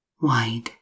wide